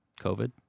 COVID